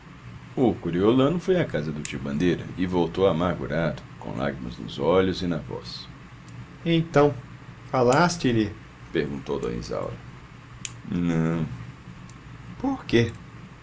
o coriolano foi à casa do tio bandeira e voltou amargurado com lágrimas nos olhos e na voz então falaste lhe perguntou d isaura não por quê